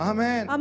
Amen